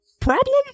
problem